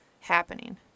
happening